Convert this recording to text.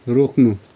रोक्नु